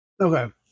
Okay